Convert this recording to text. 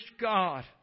God